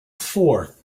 fourth